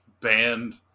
band